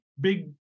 big